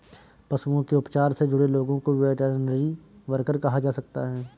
पशुओं के उपचार से जुड़े लोगों को वेटरनरी वर्कर कहा जा सकता है